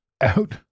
out